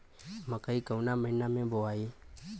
मकई कवना महीना मे बोआइ?